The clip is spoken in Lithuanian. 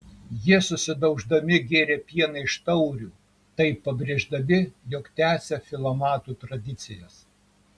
jie susidauždami gėrė pieną iš taurių taip pabrėždami jog tęsia filomatų tradicijas